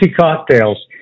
cocktails